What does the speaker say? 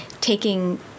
taking